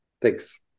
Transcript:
Thanks